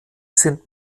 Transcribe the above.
sind